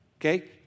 okay